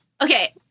Okay